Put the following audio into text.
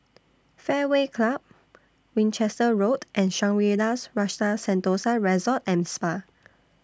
Fairway Club Winchester Road and Shangri La's Rasa Sentosa Resort and Spa